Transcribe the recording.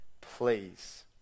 Please